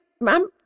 ma'am